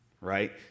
right